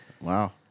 wow